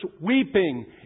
weeping